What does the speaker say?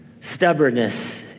Stubbornness